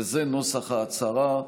וזה נוסח ההצהרה: